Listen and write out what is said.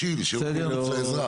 מישהו מהצוותים